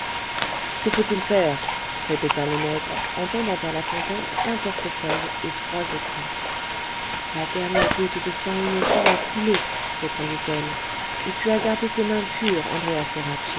que faut-il faire répéta le nègre en tendant à la comtesse un portefeuille et trois écrins la dernière goutte de sang innocent a coulé répondit-elle et tu as gardé tes mains pures andréa